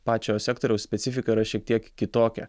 pačio sektoriaus specifika yra šiek tiek kitokia